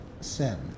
sin